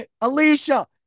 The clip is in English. Alicia